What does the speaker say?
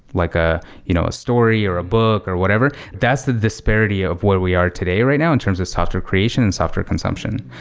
like ah you know a story, or a book, or whatever? that's the disparity of where we are today right now in terms of software creation and software consumption.